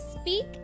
speak